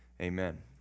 amen